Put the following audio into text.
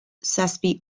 zazpi